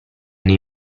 nei